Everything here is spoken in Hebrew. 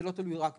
זה לא תלוי רק בי.